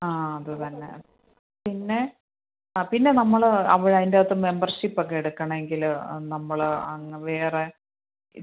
ആ അത് തന്നെ പിന്നെ ആ പിന്നെ നമ്മൾ അതിൻ്റെ അകത്ത് മെമ്പർഷിപ്പൊക്കെ എടുക്കണമെങ്കിൽ നമ്മൾ അങ്ങ് വേറെ ഇ